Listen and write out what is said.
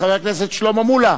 את חבר הכנסת שלמה מולה,